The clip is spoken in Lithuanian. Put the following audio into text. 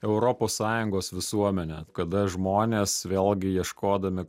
europos sąjungos visuomenę kada žmonės vėlgi ieškodami